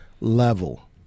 level